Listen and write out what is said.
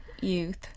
Youth